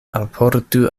alportu